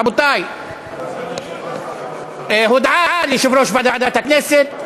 רבותי, הודעה ליושב ראש ועדת הכנסת.